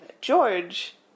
George